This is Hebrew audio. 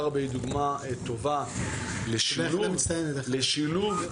עראבה היא דוגמה טובה לשילוב של